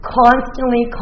constantly